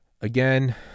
Again